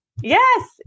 Yes